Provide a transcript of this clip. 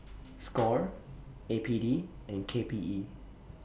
SCORE A P D and K P E